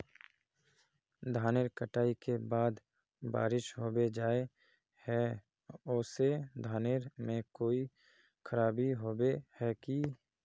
धानेर कटाई के बाद बारिश होबे जाए है ओ से धानेर में कोई खराबी होबे है की?